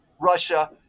Russia